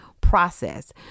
process